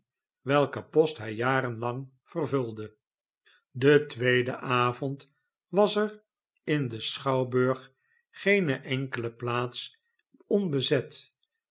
welken post hij jarenlang vervulde den tweeden avond was er in den schouwburg geene enkele plaats onbezet